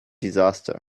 disaster